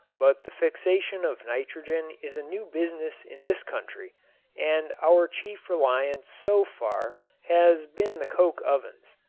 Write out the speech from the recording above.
but the fixation of nitrogen is a new business in this country and our chief reliance so far has been the coke ovens.